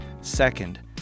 Second